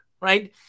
right